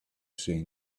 saying